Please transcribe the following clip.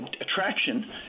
attraction